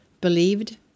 believed